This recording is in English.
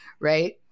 right